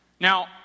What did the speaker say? now